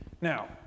Now